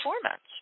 performance